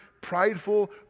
prideful